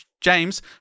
James